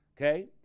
Okay